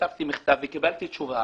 כתבתי מכתב, וקיבלתי תשובה